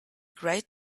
great